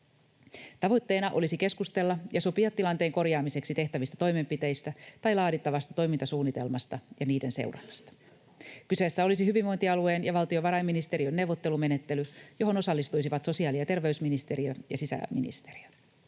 Tavoitteena olisi keskustella ja sopia tilanteen korjaamiseksi tehtävistä toimenpiteistä tai laadittavasta toimintasuunnitelmasta ja niiden seurannasta. Kyseessä olisi hyvinvointialueen ja valtiovarainministeriön neuvottelumenettely, johon osallistuisivat sosiaali- ja terveysministeriö ja sisäministeriö.